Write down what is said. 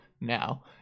now